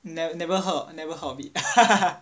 never heard never heard of it